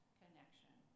connection